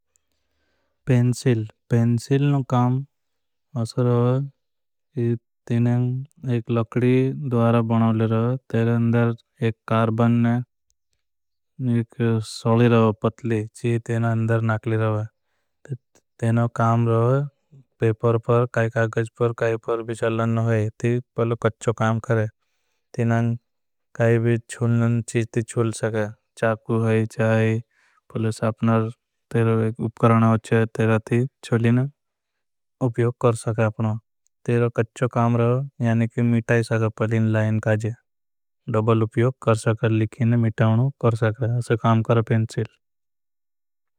पेंसिल नो काम असर होगा तेनें एक लकडी द्वारा बनावली। होगा अंदर एक कार्बन है एक सोली होगा पतली ची तेनें। अंदर नाकली होगा काम रहा है पेपर पर काई कागज पर। काई पर भी चलना है ती पहले कच्च काम करें काई भी। चूलना चीज़ ती चूल सके चाकू है चाई पहले सापनर तेरे। एक उपकराणा अच्छे है तेरे ती चूलीना उपयोक कर सके। अपनों कच्च काम रहा है यानि कि मिटाई सके पलिन लायन। काज़े डबल उपयोक कर सके लिखीने मिटावनों कर सके। असे काम कर पेंसिल।